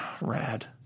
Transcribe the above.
rad